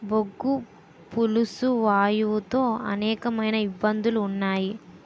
బొగ్గు పులుసు వాయువు తో అనేకమైన ఇబ్బందులు ఉన్నాయి